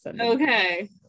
okay